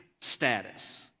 status